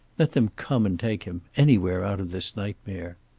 let them come and take him, anywhere out of this nightmare.